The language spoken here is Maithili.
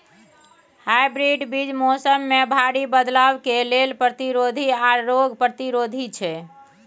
हाइब्रिड बीज मौसम में भारी बदलाव के लेल प्रतिरोधी आर रोग प्रतिरोधी छै